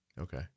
okay